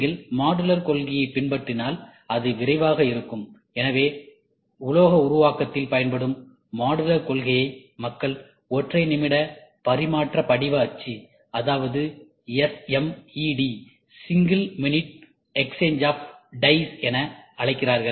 நீங்கள் மாடுலர் கொள்கையை பின்பற்றினால் அது விரைவாக இருக்கும் எனவே உலோக உருவாக்கத்தில் பயன்படும் மாடுலர் கொள்கையை மக்கள் "ஒற்றை நிமிட பரிமாற்ற படிவ அச்சு" அதாவது SMED Single Minute Exchange of Dies என அழைக்கிறார்கள்